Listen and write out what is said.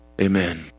Amen